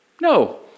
No